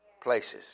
places